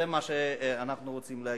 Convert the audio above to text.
זה מה שאנחנו רוצים להגיד.